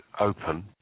open